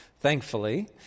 thankfully